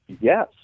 yes